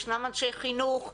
ישנם אנשי חינוך.